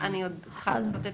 לבדוק עוד משהו.